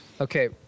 Okay